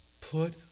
put